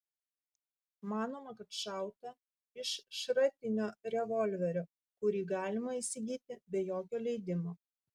manoma kad šauta iš šratinio revolverio kurį galima įsigyti be jokio leidimo